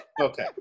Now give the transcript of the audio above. Okay